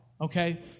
okay